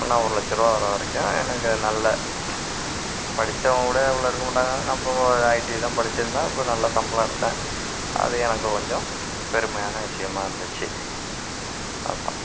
இன்னும் ஒரு லட்சம் ரூபா வர வரைக்கும் எனக்கு நல்ல படித்தவன் கூட இவ்வளோ எடுக்க மாட்டாங்க நம்போ ஐடிஐ தான் படிச்சுருந்தேன் அப்போ நல்லா சம்பளம் எடுத்தேன் அது எனக்கு கொஞ்சம் பெருமையான விஷயமா இருந்துச்சு அதுதான்